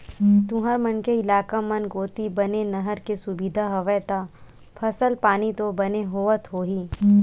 तुंहर मन के इलाका मन कोती तो बने नहर के सुबिधा हवय ता फसल पानी तो बने होवत होही?